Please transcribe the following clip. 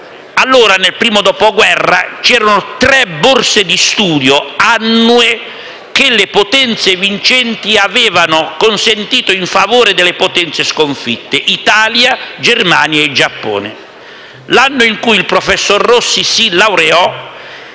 Milano, nel primo dopoguerra, vi erano tre borse di studio annue che le potenze vincitrici avevano stanziato in favore delle potenze sconfitte: Italia, Germania e Giappone. L'anno in cui il professor Rossi si laureò